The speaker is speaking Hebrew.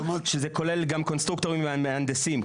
שזה כולל גם קונסטרוקטורים ומהנדסים.